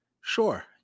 Sure